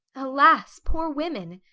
alas, poor women!